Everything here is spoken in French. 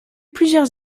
plusieurs